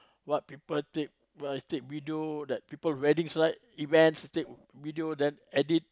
what people take wh~ take video like people wedding right events take video then edit